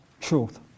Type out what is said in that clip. truth